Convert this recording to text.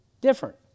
different